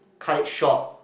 cut it short